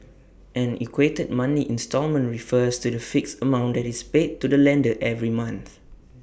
an equated monthly instalment refers to the fixed amount that is paid to the lender every month